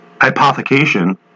hypothecation